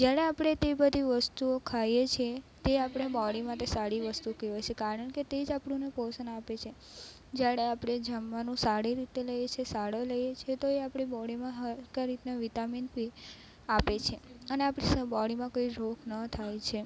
જ્યારે આપણે તે બધી વસ્તુઓ ખાઈએ છે તે આપણા બોડી માટે સારી વસ્તુ કહેવાય છે કારણ કે તે જ આપણને પોષણ આપે છે જ્યારે આપણે જમવાનું સારી રીતે લઈએ છે સારો લઈએ છીએ તોય આપણી બોડીમાં સરખા રીતના વિટામીન બી આપે છે અને આપણી બોડીમાં રોગ ન થાય છે